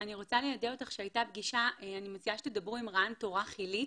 אני מציעה שתדברו עם ראש ענף תורה חיילית,